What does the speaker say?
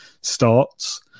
starts